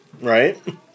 Right